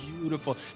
beautiful